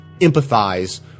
empathize